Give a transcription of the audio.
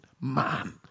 man